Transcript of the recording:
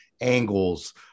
angles